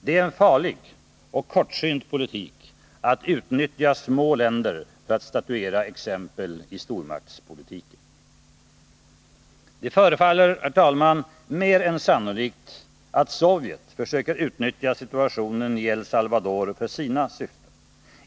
Det är en farlig och kortsynt politik att utnyttja små länder för att statuera exempel i stormaktspolitiken. Det förefaller, herr talman, mer än sannolikt att Sovjet försöker utnyttja situationen i El Salvador för sina syften.